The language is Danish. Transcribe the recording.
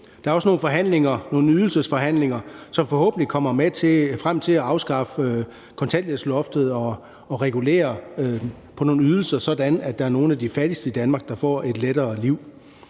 forhandlinger, nogle ydelsesforhandlinger, hvor man forhåbentlig kommer frem til at afskaffe kontanthjælpsloftet og regulere på nogle ydelser, sådan at der er nogle af de fattigste i Danmark, der får et lettere liv.